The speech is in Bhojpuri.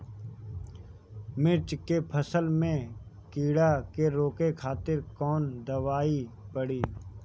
मिर्च के फसल में कीड़ा के रोके खातिर कौन दवाई पड़ी?